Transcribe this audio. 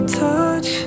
touch